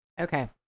Okay